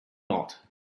not